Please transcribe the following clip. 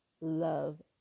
love